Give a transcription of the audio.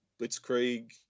Blitzkrieg